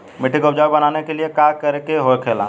मिट्टी के उपजाऊ बनाने के लिए का करके होखेला?